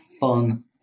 fun